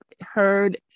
heard